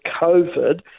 COVID